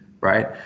right